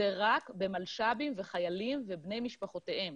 זה רק במלש"בים וחיילים ובני משפחותיהם.